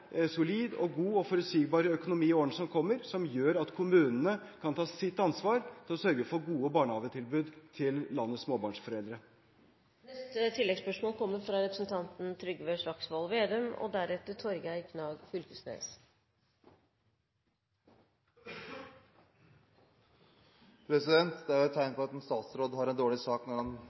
solid, god og forutsigbar økonomi i årene som kommer, som gjør at kommunene kan ta sitt ansvar for å sørge for gode barnehagetilbud til landets småbarnsforeldre. Trygve Slagsvold Vedum – til oppfølgingsspørsmål. Det er et tegn på at en statsråd har en dårlig sak når han